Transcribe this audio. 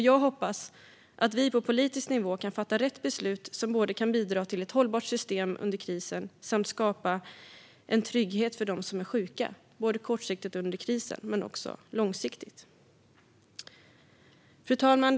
Jag hoppas att vi på politisk nivå kan fatta rätt beslut och på så sätt både bidra till ett hållbart system under krisen och skapa en trygghet för dem som är sjuka, såväl kortsiktigt under krisen som långsiktigt. Fru talman!